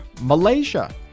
Malaysia